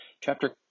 chapter